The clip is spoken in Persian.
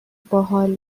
باحال